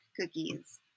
cookies